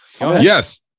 yes